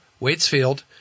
Waitsfield